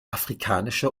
afrikanische